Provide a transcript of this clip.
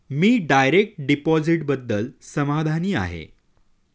मी direct डिपॉझिटबद्दल समाधानी आहे